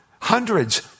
hundreds